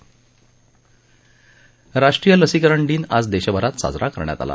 राष्ट्रीय लसीकरण दिन आज देशभरात साजरा करण्यात आला